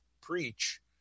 preach